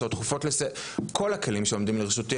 הצעות דחופות לסדר וכל הכלים שעומדים לרשותי,